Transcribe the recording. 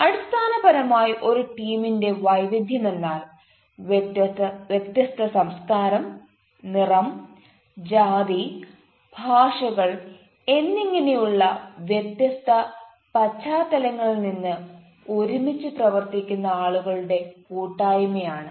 അടിസ്ഥാനപരമായി ഒരു ടീമിന്റെ വൈവിധ്യമെന്നാൽ വ്യത്യസ്ത സംസ്കാരം നിറം ജാതി ഭാഷകൾ എന്നിങ്ങനെയുള്ള വ്യത്യസ്ത പശ്ചാത്തലങ്ങളിൽ നിന്ന് ഒരുമിച്ച് പ്രവർത്തിക്കുന്ന ആളുകളുടെ കൂട്ടായ്മ ആണ്